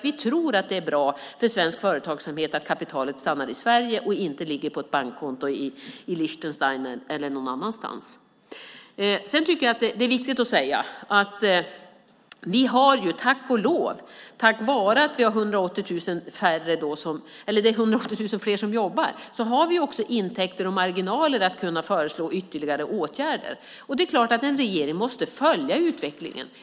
Vi tror att det är bra för svensk företagsamhet att kapitalet stannar i Sverige och inte ligger på ett bankkonto i Liechtenstein eller någon annanstans. Det är viktigt att säga att vi tack vare att det är 180 000 fler som jobbar har intäkter och marginaler att föreslå ytterligare åtgärder. En regering måste naturligtvis följa utvecklingen.